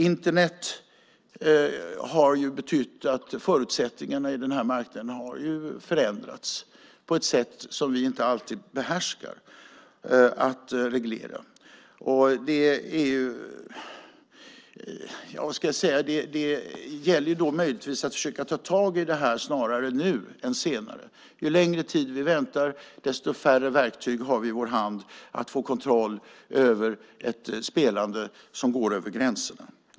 Internet har betytt att förutsättningarna på den här marknaden har förändrats på ett sätt som gör att vi inte alltid behärskar att reglera den. Det gäller då möjligtvis att försöka ta tag i detta snarare nu än senare. Ju längre tid vi väntar, desto färre verktyg har vi i vår hand att få kontroll över ett spelande som går över gränserna.